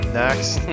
next